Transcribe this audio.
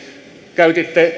käytitte